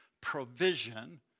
provision